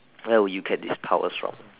where will you get these powers from